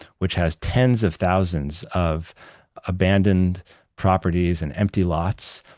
which has tens of thousands of abandoned properties and empty lots,